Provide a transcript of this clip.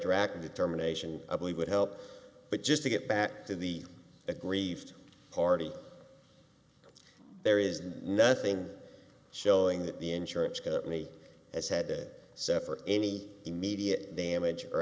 dragon determination i believe would help but just to get back to the aggrieved party there is nothing showing that the insurance company has had a set for any immediate damage or